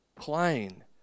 plain